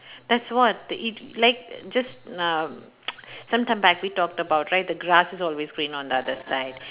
that's what it like just uh sometime back we talked about right the grass is always greener on the other side